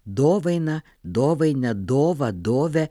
dovainą dovainę dovą dovę